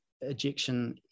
ejection